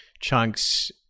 chunks